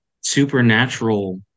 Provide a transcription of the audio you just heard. supernatural